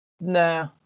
Nah